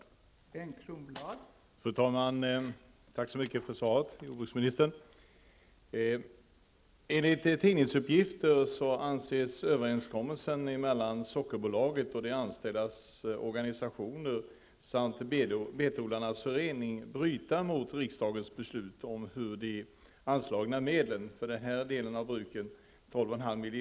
Då Lena Öhrsvik, som framställt frågan, anmält att hon var förhindrad att närvara vid sammanträdet medgav talmannen att Bengt Kronblad fick delta i överläggningen.